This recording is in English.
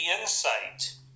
insight